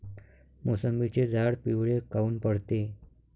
मोसंबीचे झाडं पिवळे काऊन पडते?